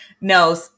No